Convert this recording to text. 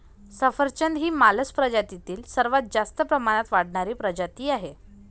सफरचंद ही मालस प्रजातीतील सर्वात जास्त प्रमाणात वाढणारी प्रजाती आहे